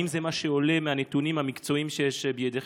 האם זה מה שעולה מהנתונים המקצועיים שבידיכם,